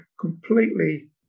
completely